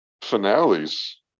finales